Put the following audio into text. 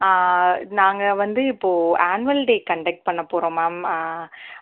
நாங்கள் வந்து இப்போது ஆன்வல் டே கன்டக்ட் பண்ண போகிறோம் மேம் ஆ